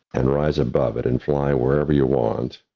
and rise above it and fly wherever you want.